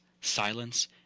silence